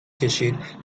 کشید